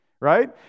right